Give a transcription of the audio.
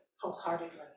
wholeheartedly